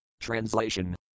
Translation